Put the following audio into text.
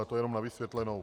To jenom na vysvětlenou.